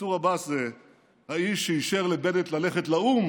מנסור עבאס זה האיש שאישר לבנט ללכת לאו"ם